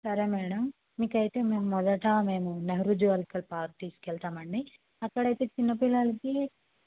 సరే మ్యాడమ్ మీకు అయితే మేము మొదట మేము నెహ్రూ జువలాజికల్ పార్క్కి తీసుకు వెళ్తాం అండి అక్కడ అయితే చిన్నపిల్లలకి